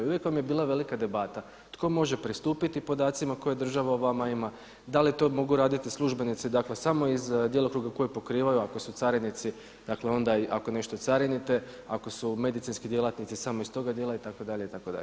I uvijek vam je bila velika debata tko može pristupiti kojim podacima, koja država o vama ima, da li to mogu raditi službenici dakle samo iz djelokruga koji pokrivaju ako su carinici, dakle onda ako nešto carinite ako su medicinski djelatnici samo iz toga dijela itd. itd.